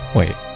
Wait